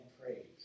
praise